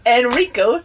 Enrico